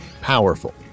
powerful